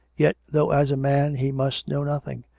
yet, though as a man he must know nothing,